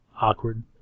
awkward